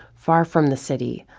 far from the city,